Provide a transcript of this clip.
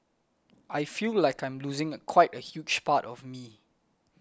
I feel like I'm losing a quite a huge part of me